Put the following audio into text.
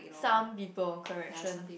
some people correction